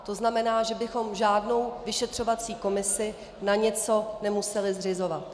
To znamená, že bychom žádnou vyšetřovací komisi na něco nemuseli zřizovat.